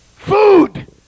Food